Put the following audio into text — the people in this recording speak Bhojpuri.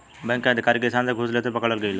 बैंक के अधिकारी किसान से घूस लेते पकड़ल गइल ह